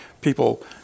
people